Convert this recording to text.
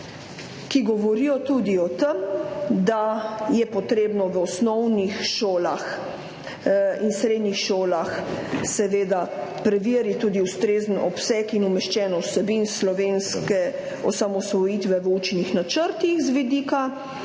ki govorijo tudi o tem, da je potrebno v osnovnih šolah in srednjih šolah seveda preveriti tudi ustrezen obseg in umeščenost vsebin slovenske osamosvojitve v učnih načrtih z vidika